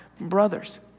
brothers